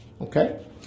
Okay